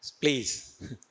please